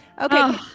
Okay